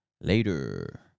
Later